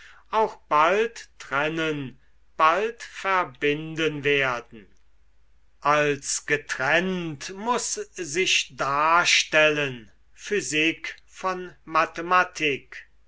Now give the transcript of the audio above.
auch bald trennen bald verbinden werden als getrennt muß sich darstellen physik von mathematik